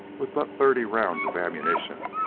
with but thirty rounds of ammunition,